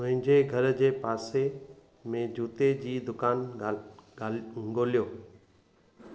मुंहिंजे घर जे पासे में जूते जी दुकानु ॻाल ॻाल ॻोल्हियो